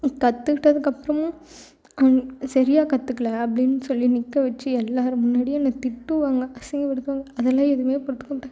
கத்துக்கிட்டதுக்கப்புறமும் அது சரியாக கற்றுக்கல அப்படின்னு சொல்லி நிற்க வெச்சு எல்லோர் முன்னாடியும் என்னை திட்டுவாங்க அசிங்கப்படுத்துவாங்க அதெல்லாம் எதுவுமே பொறுத்துக்க மாட்டேன்